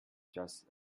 just